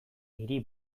hiri